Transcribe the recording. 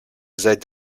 seid